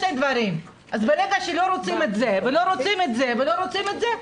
ברגע שלא רוצים את זה ולא רוצים את זה ולא רוצים את זה,